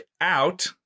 out